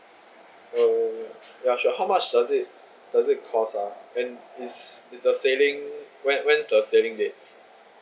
uh ya sure how much does it does it cost ah and it's it's the sailing when when's the sailing date